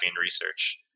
research